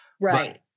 Right